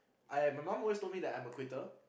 I am my mum always told me that I'm a quitter